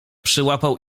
przyłapał